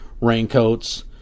raincoats